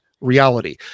reality